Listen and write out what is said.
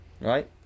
Right